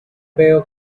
veo